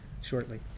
shortly